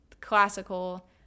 classical